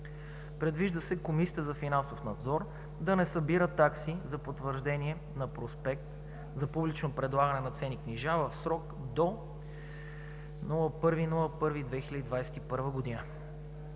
Предвижда се Комисията за финансов надзор да не събира такси за потвърждение на проспект за публично предлагане на ценни книжа в срок до 1 януари 2021 г.